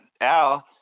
Al